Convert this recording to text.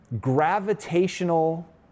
gravitational